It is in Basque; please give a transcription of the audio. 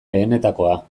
lehenetakoa